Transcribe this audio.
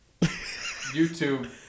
YouTube